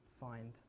find